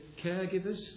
caregivers